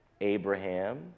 Abraham